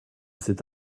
cet